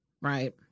right